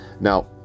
now